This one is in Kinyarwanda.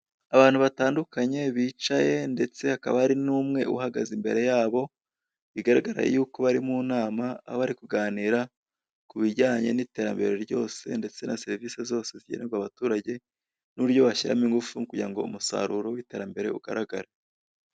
Abantu batandukanye bicaye ndetse hakaba hari n'umwe uhagaze imbere yabo, bigaragara ko bari mu nama aho bari kuganira kubijyanye, n'iterambere ryose ndetse na serivise zose zigenerwa abaturage n'uburyo bashyiramo ingufu kugira ngo umusaruro w'iterambere ugaragare.